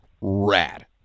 rad